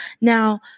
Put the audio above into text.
Now